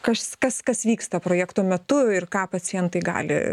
kas kas kas vyksta projekto metu ir ką pacientai gali